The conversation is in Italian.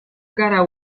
gara